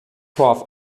torf